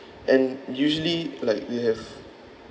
and usually like they have